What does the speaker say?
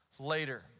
Later